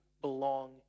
belong